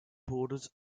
borders